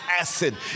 acid